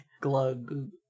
glug